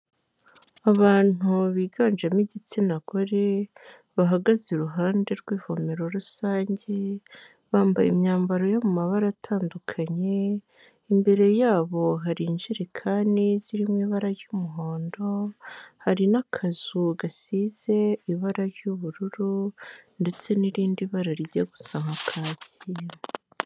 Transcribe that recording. Abantu biganjemo igitsina gore, bahagaze iruhande rw'ivomero rusange, bambaye imyambaro yo mu mabara atandukanye, imbere yabo hari injerekani ziri mu ibara ry'umuhondo, hari n'akazu gasize ibara ry'ubururu ndetse n'irindi bara rijya gusa nka kaki.